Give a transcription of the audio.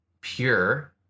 pure